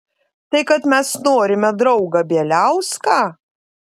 tai kad mes norime draugą bieliauską